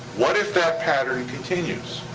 what if that pattern continues?